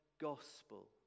gospel